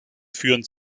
führen